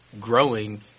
growing